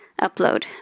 upload